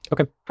Okay